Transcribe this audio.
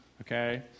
Okay